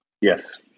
Yes